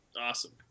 Awesome